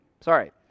Sorry